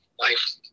life